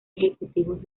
ejecutivos